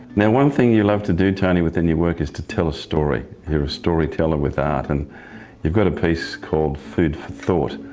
now one thing you love to do tony within your work is tell a story. you're a story teller with art and you've got a piece called food for thought,